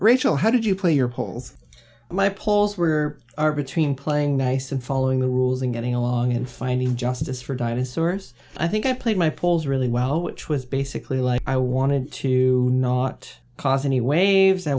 rachael how did you play your holes my poles where are between playing nice and following the rules and getting along and finding justice for dinosaurs i think i played my poles really well which was basically like i wanted to not cause any waves i